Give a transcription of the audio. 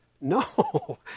No